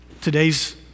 Today's